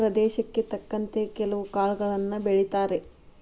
ಪ್ರದೇಶಕ್ಕೆ ತಕ್ಕಂತೆ ಕೆಲ್ವು ಕಾಳುಗಳನ್ನಾ ಬೆಳಿತಾರ